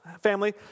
family